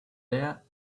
there